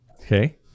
Okay